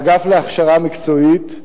האגף להכשרה מקצועית,